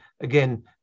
again